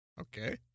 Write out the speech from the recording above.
Okay